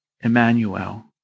Emmanuel